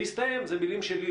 והסתיים זה מילים שלי,